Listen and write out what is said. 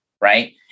right